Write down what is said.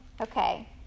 Okay